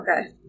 Okay